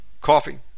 coffee